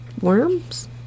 worms